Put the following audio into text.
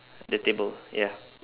the table ya